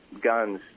guns